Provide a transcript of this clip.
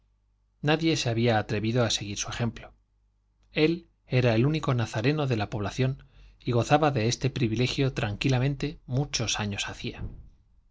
nadie se había atrevido a seguir su ejemplo él era el único nazareno de la población y gozaba de este privilegio tranquilamente muchos años hacía